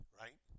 right